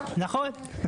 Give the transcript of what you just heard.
נכון.